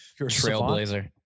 Trailblazer